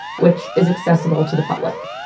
which is accessible to the public.